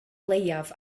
leiaf